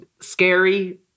Scary